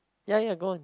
ya ya go on